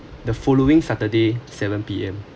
the following saturday seven P_M